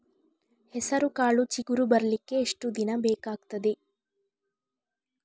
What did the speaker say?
ಹೆಸರುಕಾಳು ಚಿಗುರು ಬರ್ಲಿಕ್ಕೆ ಎಷ್ಟು ದಿನ ಬೇಕಗ್ತಾದೆ?